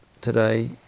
today